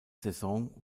saison